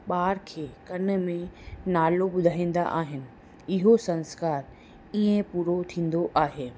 ॿार खे कन में नालो ॿुधाईंदा आहिनि इहो संस्कार इयं पूरो थींदो आहे